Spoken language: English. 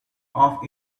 off